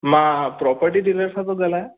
मां property dealer सां थो ॻाल्हायां